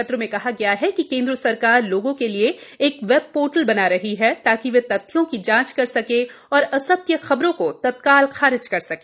पत्र में कहा गया है कि केंद्र सरकार लोगों के लिए एक वेबपोर्टल बना रही है ताकि वे तथ्यों की जांच कर सके और असत्य खबरों को तत्काल खारीज कर सके